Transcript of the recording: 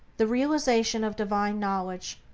the realization of divine knowledge,